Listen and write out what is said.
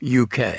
UK